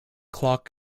clock